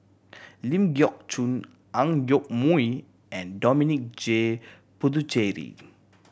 Ling Geok Choon Ang Yoke Mooi and Dominic J Puthucheary